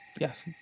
yes